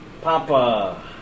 Papa